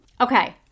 Okay